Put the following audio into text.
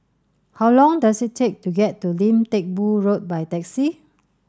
how long does it take to get to Lim Teck Boo Road by taxi